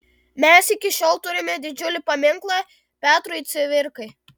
mes iki šiol turime didžiulį paminklą petrui cvirkai